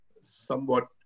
somewhat